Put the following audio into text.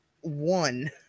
one